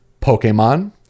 Pokemon